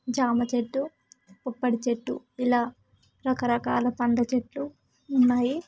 జామ చెట్టు బొప్పడి చెట్టు ఇలా రకరకాల పండ్ల చెట్లు ఉన్నాయి